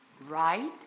right